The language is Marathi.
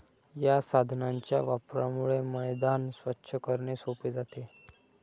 या साधनाच्या वापरामुळे मैदान स्वच्छ करणे सोपे जाते